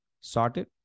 sorted